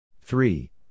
Three